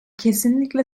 kesinlikle